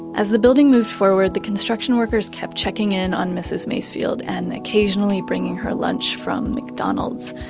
as the building moved forward, the construction workers kept checking in on mrs. macefield and occasionally, bringing her lunch from mcdonald's.